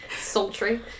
sultry